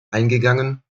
eingegangen